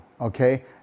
okay